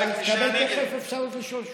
עם כל הכבוד, אתה תקבל תכף אפשרות לשאול שוב.